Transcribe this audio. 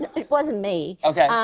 it wasn't me. okay.